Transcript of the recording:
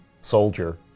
soldier